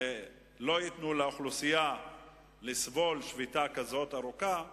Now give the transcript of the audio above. שלא ייתנו לאוכלוסייה לסבול שביתה ארוכה כזאת.